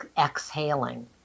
exhaling